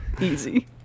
easy